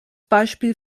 beispiel